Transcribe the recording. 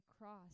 cross